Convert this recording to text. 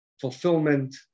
fulfillment